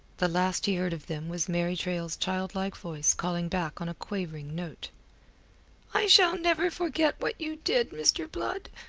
the last he heard of them was mary traill's childlike voice calling back on a quavering note i shall never forget what you did, mr. blood.